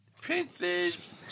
Princes